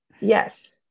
yes